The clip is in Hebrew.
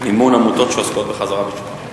מימון עמותות שעוסקות בחזרה בתשובה.